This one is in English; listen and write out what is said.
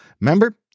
Remember